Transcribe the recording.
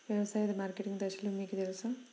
వ్యవసాయ మార్కెటింగ్ దశలు మీకు తెలుసా?